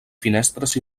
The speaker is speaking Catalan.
finestres